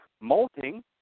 molting